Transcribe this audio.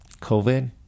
COVID